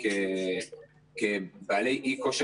הגענו לכ-1,800 תלמידים שמשתתפים בתכנית בגילאי י-י"ב,